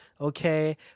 okay